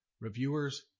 reviewers